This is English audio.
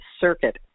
Circuit